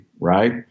right